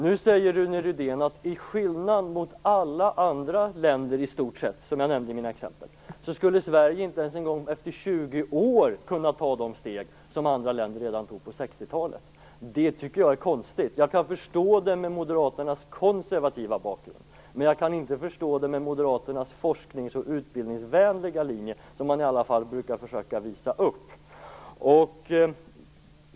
Nu säger Rune Rydén att till skillnad från i stort sett alla andra länder som jag nämnde i mina exempel skulle Sverige inte ens efter 20 år kunna ta de steg som andra länder tog redan på 60-talet. Det tycker jag är konstigt. Jag kan förstå det mot Moderaternas konservativa bakgrund, men jag kan inte förstå det mot Moderaternas forsknings och utbildningsvänliga linje, som de i alla fall brukar försöka visa upp.